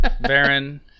Baron